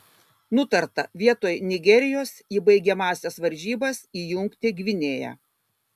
nutarta vietoj nigerijos į baigiamąsias varžybas įjungti gvinėją